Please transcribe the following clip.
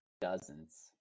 dozens